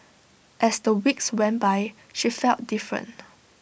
as the weeks went by she felt different